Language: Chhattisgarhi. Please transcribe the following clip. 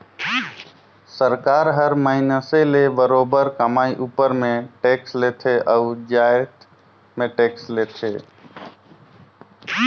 सरकार हर मइनसे ले बरोबेर कमई उपर में टेक्स लेथे अउ जाएत में टेक्स लेथे